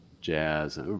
jazz